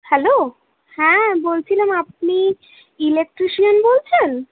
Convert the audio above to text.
hello হ্যাঁ বলছিলাম আপনি ইলেক্ট্রিশিয়ান বলছেন